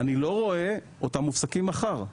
אני לא רואה אותן מפסיקות מחר.